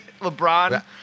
LeBron